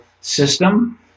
system